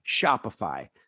Shopify